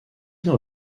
dans